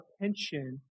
pension